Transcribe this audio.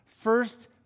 first